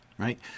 Right